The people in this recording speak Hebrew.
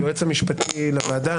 היועץ המשפטי לוועדה,